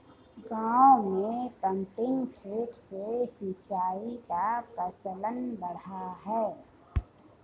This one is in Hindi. गाँवों में पम्पिंग सेट से सिंचाई का प्रचलन बढ़ा है